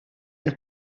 jen